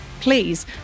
Please